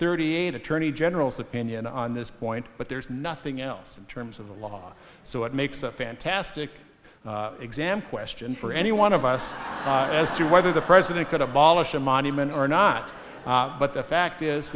thirty eight attorney general's opinion on this point but there's nothing else in terms of the law so it makes a fantastic exam question for any one of us as to whether the president could abolish the monument or not but the fact is